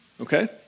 okay